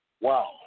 wow